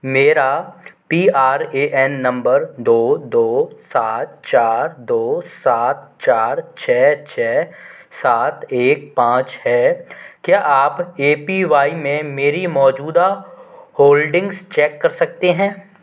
मेरा P R A N number दो दो सात चार दो सात चार दो सात चार छः छः सात एक पाँच है क्या आप ए पी वाई में मेरी मौजूदा होल्डिंग्स चेक कर सकते हैं